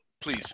please